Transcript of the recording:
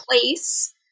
place